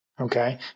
okay